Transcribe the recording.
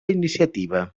iniciativa